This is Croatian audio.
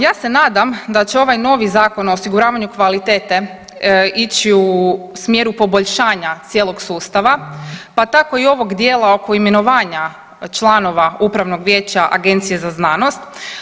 Ja se nadam da će ovaj novi Zakon o osiguravanju kvalitete ići u smjeru poboljšanja cijelog sustava, pa tako i ovog dijela oko imenovanja članova upravnog vijeća Agencije za znanost.